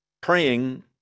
praying